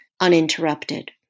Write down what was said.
uninterrupted